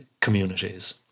communities